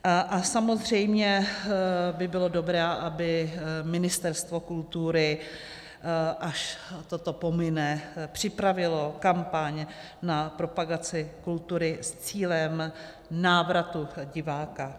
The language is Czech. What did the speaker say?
A samozřejmě by bylo dobré, aby Ministerstvo kultury, až toto pomine, připravilo kampaň na propagaci kultury s cílem návratu diváka.